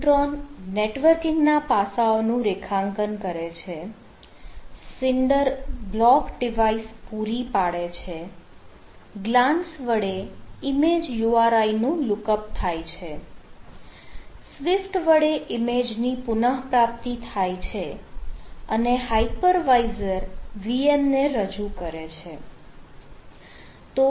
neutron નેટવર્કિંગના પાસાઓનું રેખાંકન કરે છે સિન્ડર બ્લોક ડિવાઇસ પૂરી પાડે છે ગ્લાન્સ વડે ઈમેજ URI નું લૂક અપ થાય છે સ્વીફ્ટ વડે ઇમેજની પુનઃપ્રાપ્તિ થાય છે અને હાઇપર વાઈઝર VM ને રજુ કરે છે